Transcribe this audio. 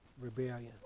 rebellion